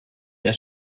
der